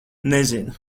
nezinu